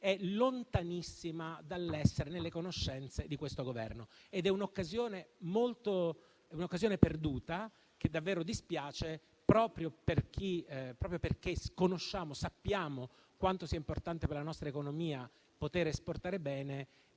è lontanissima dall'essere nelle conoscenze di questo Governo. È un'occasione perduta e davvero dispiace, proprio perché sappiamo quanto sia importante, per la nostra economia, poter esportare bene.